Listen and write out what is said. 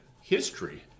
history